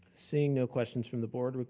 seeing no questions from the board, but